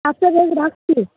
আচ্ছা বেশ রাখছি